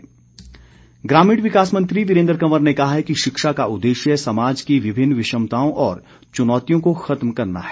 वीरेन्द्र कंवर ग्रामीण विकास मंत्री वीरेन्द्र कंवर ने कहा है कि शिक्षा का उददेश्य समाज की विभिन्न विषमताओं और चुनौतियों को खत्म करना है